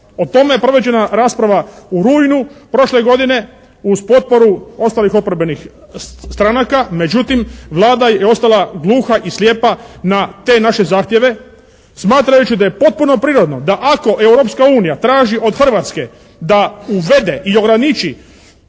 O tome je provođenja rasprava u rujnu prošle godine uz potporu ostalih oporbenih stranaka. Međutim Vlada je ostala gluha i slijepa na te naše zahtjeve smatrajući da je potpuno prirodno da ako Europska unija traži od Hrvatske da uvede i ograniči